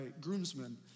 groomsmen